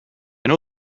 know